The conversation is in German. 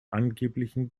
angeblichen